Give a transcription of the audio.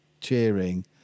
cheering